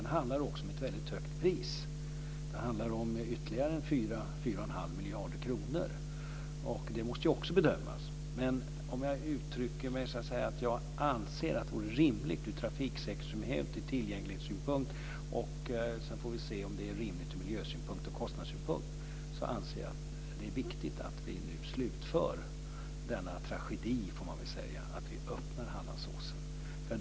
Det handlar också om ett högt pris, ytterligare 4-4,5 miljarder kronor. Det måste också bedömas. Jag vill uttrycka mig så, att det vore rimligt ur trafiksäkerhetssynpunkt och tillgänglighetssynpunkt. Sedan får vi se om det är rimligt ur miljösynpunkt och kostnadssynpunkt. Jag anser att det är viktigt att vi nu slutför denna tragedi, att vi öppnar Hallandsåsen.